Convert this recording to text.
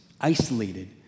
isolated